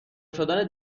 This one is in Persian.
شدن